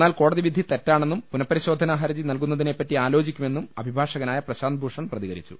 എന്നാൽ കോടതിവിധി തെറ്റാണെന്നും പുനപരിശോധനാഹർജി നൽകുന്നതിനെപറ്റി ആലോചി ക്കു്മെന്നും അഭിഭാഷകനായ പ്രശാന്ത് ഭൂഷൻ പ്രതികരിച്ചു